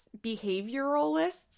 behavioralists